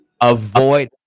Avoid